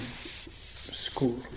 school